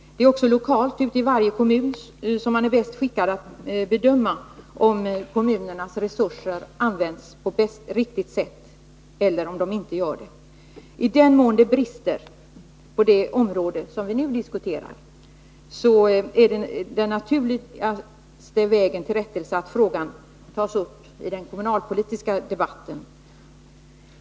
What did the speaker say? Det är också lokalt — ute i varje kommun — som man är bäst skickad att bedöma om kommunernas resurser används på riktigt sätt eller inte. I den mån det brister på det område som vi nu dikuterar, så är den naturligaste vägen till rättelse att frågan tas upp i den kommunalpolitiska debatten.